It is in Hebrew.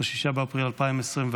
ב-6 באפריל 2024,